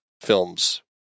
films